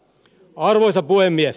arvoisa puhemies